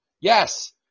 Yes